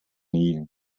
nie